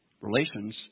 relations